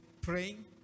praying